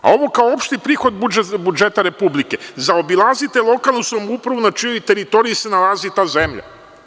Ovim kao opštim prihodom budžeta Republike zaobilazite lokalnu samoupravu na čijoj teritoriji se nalazi ta zemlja.